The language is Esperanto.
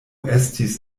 estis